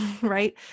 right